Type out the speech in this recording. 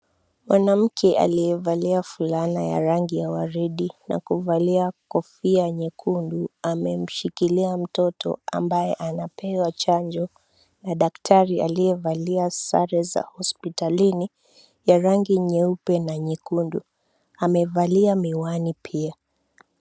Mwanamke aliyevalia fulana ya rangi ya waridi na kuvalia kofia nyekundu amemshikilia mtoto ambaye anapewa chanjo na daktari aliyevalia sare za hospitalini ya rangi nyeupe na nyekundu. Amevalia miwani pia.